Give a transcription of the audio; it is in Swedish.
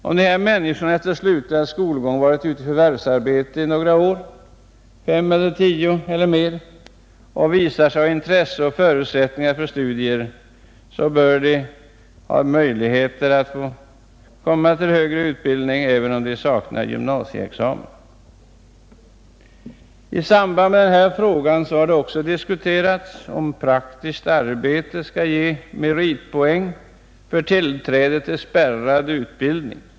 Om en person efter att ha varit ute i förvärvsarbete under flera år visar sig ha intresse och förutsättningar för studier, bör vederbörande få möjlighet till högre utbildning även om gymnasieexamen saknas. I detta sammanhang har det även diskuterats om praktiskt arbete skall ge meritpoäng för tillträde till spärrad utbildning.